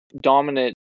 dominant